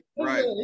right